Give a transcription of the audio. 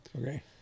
Okay